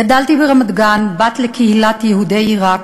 גדלתי ברמת-גן, בת לקהילת יהודי עיראק,